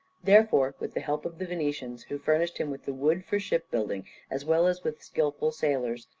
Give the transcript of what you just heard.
therefore, with the help of the venetians, who furnished him with the wood for ship-building as well as with skilful sailors,